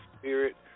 spirit